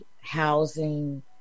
housing